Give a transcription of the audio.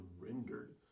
surrendered